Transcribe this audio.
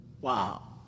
Wow